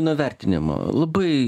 nuo vertinimo labai